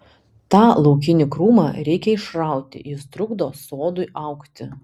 tą laukinį krūmą reikia išrauti jis trukdo sodui augti